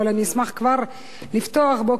אבל אני אשמח כבר לפתוח בו,